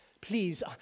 please